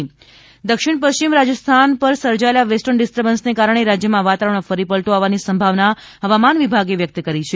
હવામાન દક્ષિણ પશ્ચિમ રાજસ્થાન પર સર્જાયેલા વેસ્ટર્ન ડિસ્ટબન્સને કારણે રાજ્યમાં વાતાવરણમાં ફરી પલ્ટો આવવાની સંભાવના હવામાન વિભાગે વ્યક્ત કરી છે